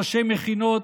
ראשי מכינות,